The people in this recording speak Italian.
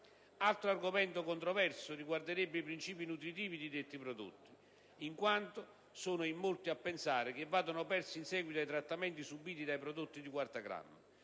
Altro argomento controverso riguarderebbe i principi nutritivi di detti prodotti, in quanto sono in molti a pensare che vadano persi in seguito ai trattamenti subiti dai prodotti stessi.